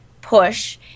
push